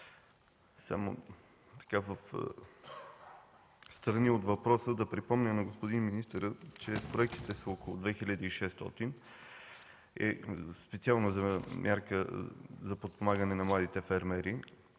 Само встрани от въпроса да припомня на господин министъра, че проектите са около 2600, специално за Мярка „Подпомагане на младите фермери”.